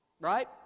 right